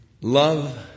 Love